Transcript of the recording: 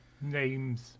names